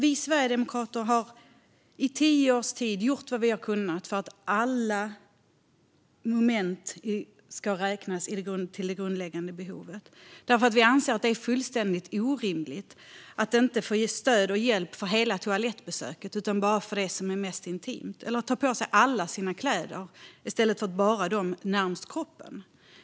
I tio års tid har vi sverigedemokrater gjort vad vi har kunnat för att alla moment ska räknas till de grundläggande behoven. Vi anser att det är fullständigt orimligt att inte få stöd och hjälp för hela toalettbesöket utan bara för det mest intima, eller att inte få hjälp med att ta på sig alla sina kläder och inte bara kläderna närmast kroppen.